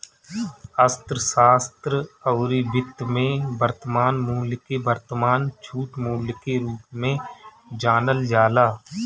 अर्थशास्त्र अउरी वित्त में वर्तमान मूल्य के वर्तमान छूट मूल्य के रूप में जानल जाला